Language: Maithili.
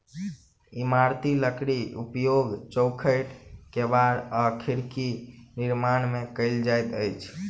इमारती लकड़ीक उपयोग चौखैट, केबाड़ आ खिड़कीक निर्माण मे कयल जाइत अछि